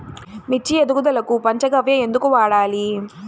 మిర్చి ఎదుగుదలకు పంచ గవ్య ఎందుకు వాడాలి?